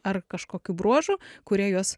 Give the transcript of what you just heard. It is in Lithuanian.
ar kažkokių bruožų kurie juos